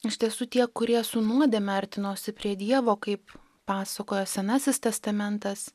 iš tiesų tie kurie su nuodėme artinosi prie dievo kaip pasakojo senasis testamentas